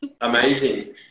Amazing